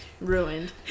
ruined